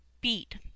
beat